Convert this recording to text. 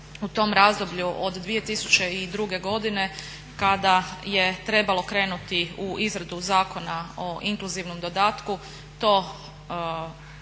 u tom razdoblju od 2002. godine kada je trebalo krenuti u izradu Zakona o inkluzivnom dodatku to